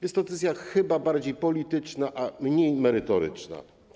Jest to decyzja chyba bardziej polityczna, a mniej merytoryczna.